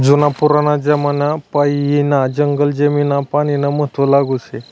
जुना पुराना जमानापायीन जंगल जमीन पानीनं महत्व लागू शे